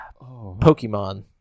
Pokemon